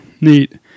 neat